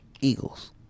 Eagles